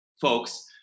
folks